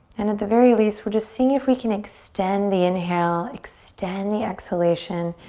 and at the very least we're just seeing if we can extend the inhale, extend the exhalation.